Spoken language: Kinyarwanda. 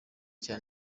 cya